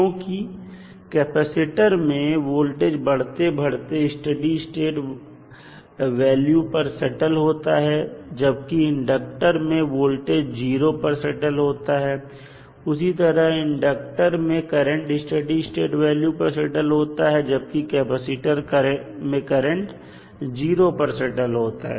क्योंकि कैपेसिटर में वोल्टेज बढ़ते बढ़ते स्टडी स्टेट वॉल्यूम पर सेटल होता है जबकि इंडक्टर में वोल्टेज 0 पर सेटल होता है और उसी तरह इंडक्टर में करंट स्टडी स्टेट वैल्यू पर सेटल होता है जबकि कैपेसिटर में करंट 0 पर सेटल होता है